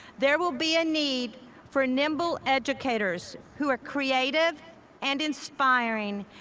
there will be a need for nimble educators who are creative and inspiring,